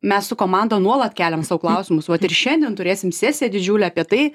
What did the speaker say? mes su komanda nuolat keliam sau klausimus vat ir šiandien turėsim sesiją didžiulę apie tai